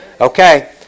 Okay